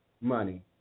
money